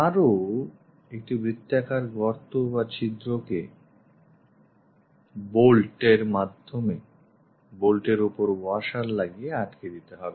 আরও একটি বৃত্তাকার গর্ত বা ছিদ্রকে বোর্ড এর ওপর washer লাগিয়ে আটকে দিতে হবে